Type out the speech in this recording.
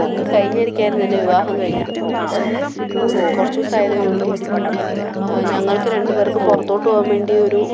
ഈ കഴിഞ്ഞ ഇടയ്ക്കായിരുന്നു എൻ്റെ വിവാഹം കഴിഞ്ഞത് അപ്പം കുറച്ച് ദിവസമായതെ ഉള്ളു ഞങ്ങൾക്ക് രണ്ടു പേർക്കും പുറത്തോട്ട് പോകാൻ വേണ്ടി ഒരു